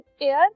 Air